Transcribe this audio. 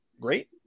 great